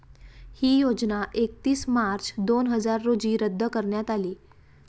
ही योजना एकतीस मार्च दोन हजार रोजी रद्द करण्यात आली